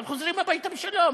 אבל חוזרים הביתה בשלום,